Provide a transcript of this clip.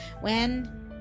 when—